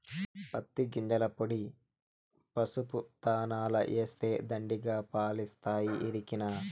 పత్తి గింజల పొడి పసుపు దాణాల ఏస్తే దండిగా పాలిస్తాయి ఎరికనా